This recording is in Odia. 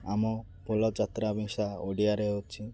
ଆମ ଯାତ୍ରାବେଶ ଓଡ଼ିଆରେ ହେଉଛି